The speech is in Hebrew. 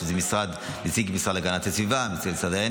שזה נציג המשרד להגנת הסביבה,